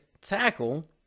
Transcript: tackle